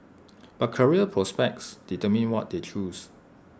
but career prospects determined what they choose